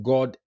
God